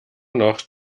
noch